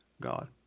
God